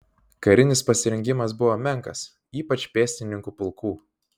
karinis pasirengimas buvo menkas ypač pėstininkų pulkų